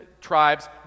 tribes